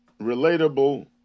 relatable